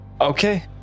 okay